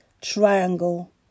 Triangle